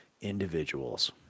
individuals